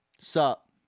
sup